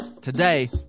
today